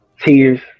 tears